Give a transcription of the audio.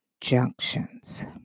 junctions